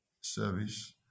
service